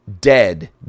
dead